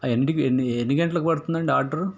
ఎన్నింటికి ఎ ఎన్ని గంటలకు పడుతుందండి ఆర్డరు